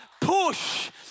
Push